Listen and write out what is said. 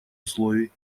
условий